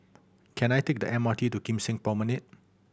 can I take the M R T to Kim Seng Promenade